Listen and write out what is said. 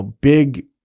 big